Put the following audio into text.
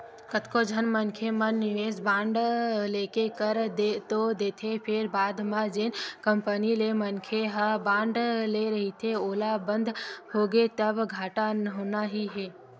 कतको झन मनखे मन निवेस बांड लेके कर तो देथे फेर बाद म जेन कंपनी ले मनखे ह बांड ले रहिथे ओहा बंद होगे तब घाटा होना ही हे